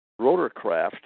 rotorcraft